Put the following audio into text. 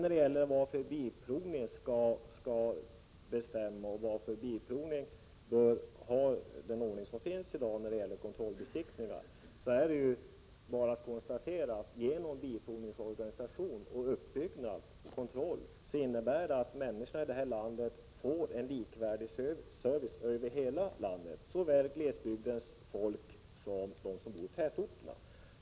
Så till frågan om bilprovningen och varför vi bör ha den ordning som gäller i dag när det gäller kontrollbesiktningen. Genom bilprovningens organisation och uppbyggnad får människorna i det här landet en likvärdig service över hela landet, såväl glesbygdens folk som de människor som bor i tätorten.